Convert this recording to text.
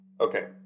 Okay